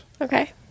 Okay